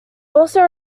also